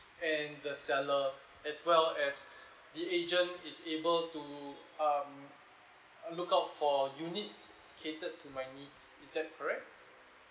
and the seller as well as the agent is able to um uh look up for units cater to my needs is that correct